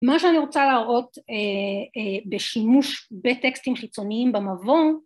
מה שאני רוצה להראות בשימוש בטקסטים חיצוניים במבוא